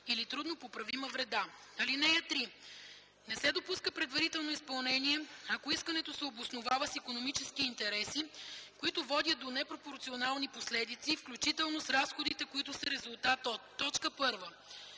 или труднопоправима вреда. (3) Не се допуска предварително изпълнение, ако искането се обосновава с икономически интереси, които водят до непропорционални последици, включително с разходите, които са резултат от: 1.